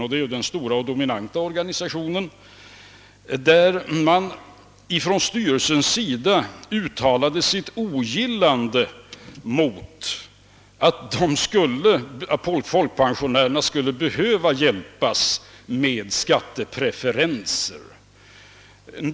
Styrelsen för denna stora och dominanta organisation uttalade sitt ogillande över att folkpensionärerna skulle behöva hjälpas med skattepreferenser.